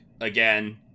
again